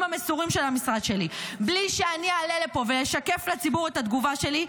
המסורים של המשרד שלי בלי שאני אעלה לפה ואשקף לציבור את התגובה שלי,